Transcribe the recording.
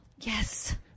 Yes